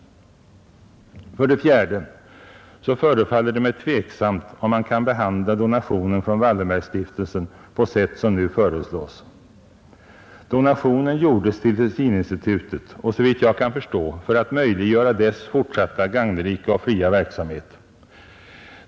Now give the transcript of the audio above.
För det fjärde förefaller det mig tveksamt om man kan behandla donationen från Wallenbergsstiftelsen på sätt som nu föreslås. Donationen gjordes till Tessininstitutet, och såvitt jag kan förstå för att möjliggöra dess fortsatta gagnerika och fria verksamhet.